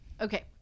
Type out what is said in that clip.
Okay